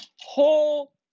whole